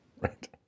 Right